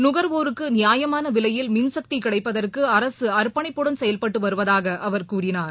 நுகர்வோருக்கு நியாயமான விலையில் மின்சக்தி கிடைப்பதற்கு அரசு அர்ப்பணிப்படன் செயல்பட்டு வருவதாக அவர் கூறினார்